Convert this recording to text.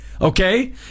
Okay